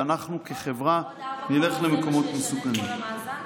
ואנחנו כחברה נלך למקומות מסוכנים.